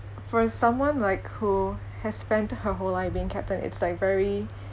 for someone like who has spent her whole life being captain it's like very